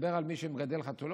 אסור לי לדבר על מי שמגדל חתולות?